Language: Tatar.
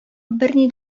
берни